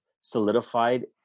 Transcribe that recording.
solidified